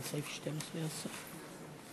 ההסתייגות (9) של חבר הכנסת משה גפני לאחרי סעיף 12 לא נתקבלה.